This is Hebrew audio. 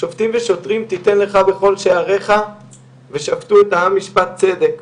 "שופטים ושוטרים תיתן לך בכל שעריך ושפטו את העם משפט צדק".